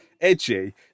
edgy